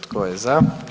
Tko je za?